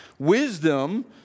Wisdom